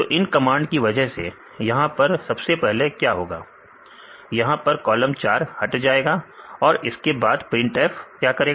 तो इन कमांड की वजह से यहां पर सबसे पहले क्या होगा यहां पर कॉलम 4 हट जाएगा अब इसके बाद प्रिंट f क्या करेगा